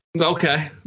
okay